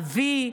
אבי,